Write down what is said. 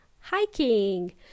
hiking